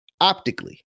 Optically